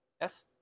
yes